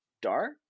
dark